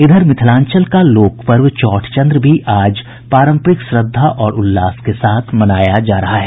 इधर मिथिलांचल का लोक पर्व चौठ चंद्र भी आज पारंपरिक श्रद्धा और उल्लास के साथ मनाया जा रहा है